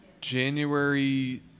January